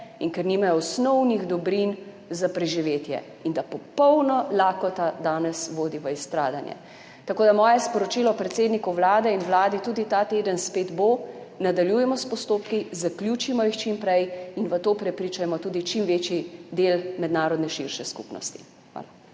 in ker nimajo osnovnih dobrin za preživetje, in da popolna lakota danes vodi v izstradanje. Moje sporočilo predsedniku Vlade in vladi tudi ta teden bo spet, nadaljujmo s postopki, zaključimo jih čim prej in v to prepričajmo tudi čim večji del širše mednarodne skupnosti. Hvala.